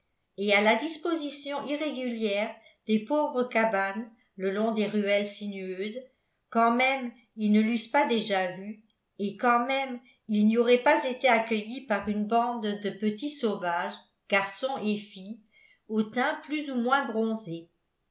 et à la disposition irrégulière des pauvres cabanes le long des ruelles sinueuses quand même ils ne l'eussent pas déjà vu et quand même ils n'y auraient pas été accueillis par une bande de petits sauvages garçons et filles au teint plus ou moins bronzé